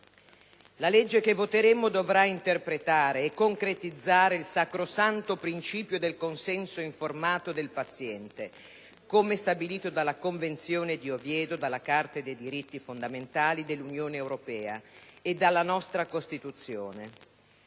La legge che voteremo dovrà interpretare e concretizzare il sacrosanto principio del consenso informato del paziente, come stabilito dalla Convenzione di Oviedo, dalla Carta dei diritti fondamentali dell'Unione europea e dalla nostra Costituzione.